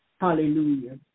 Hallelujah